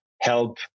help